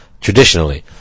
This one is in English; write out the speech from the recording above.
traditionally